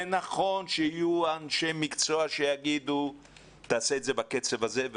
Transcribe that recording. נכון שיהיו אנשי מקצוע שיגידו לעשות את זה בקצב מסוים.